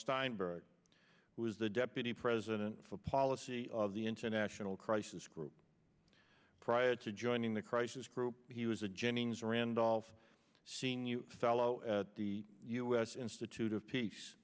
steinberg was the deputy president for policy of the international crisis group prior to joining the crisis group he was a jennings randolph seen new fellow at the u s institute of peace